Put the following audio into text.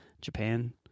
Japan